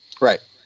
Right